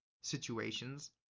situations